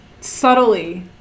subtly